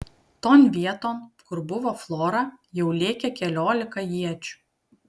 ton vieton kur buvo flora jau lėkė keliolika iečių